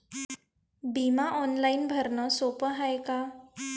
बिमा ऑनलाईन भरनं सोप हाय का?